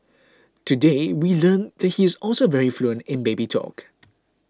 today we learned that he is also very fluent in baby talk